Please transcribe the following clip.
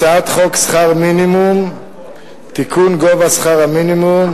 הצעת חוק שכר מינימום (תיקון, גובה שכר המינימום),